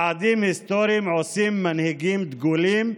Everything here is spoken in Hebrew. צעדים היסטוריים עושים מנהיגים דגולים,